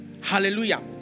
Hallelujah